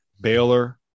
Baylor